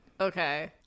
Okay